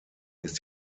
ist